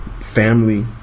family